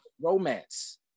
romance